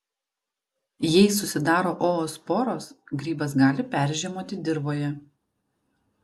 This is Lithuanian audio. jei susidaro oosporos grybas gali peržiemoti dirvoje